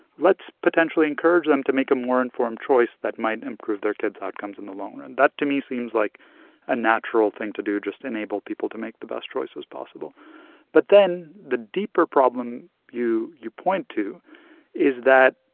let's potentially encourage them to make a more informed choice that might improve their kids' outcomes in the long run. that, to me, seems like a natural thing to do, just enable people to make the best choices possible but then the deeper problem you you point to is that,